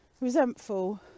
resentful